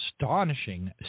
astonishing